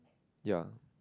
ya